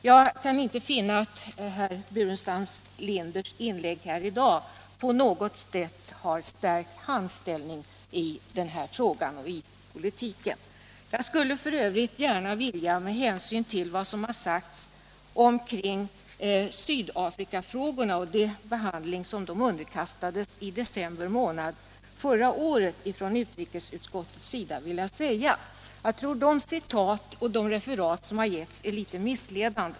Jag kan inte finna att herr Burenstam Linders inlägg här i dag på något sätt har stärkt hans ställning i den här frågan och i politiken. Jag skulle f. ö. gärna vilja säga, med hänsyn till vad som har uttalats i Sydafrikafrågorna och den behandling som de har underkastats i december månad förra året från utrikesutskottets sida, att jag tror att de citat och referat som har getts är missledande.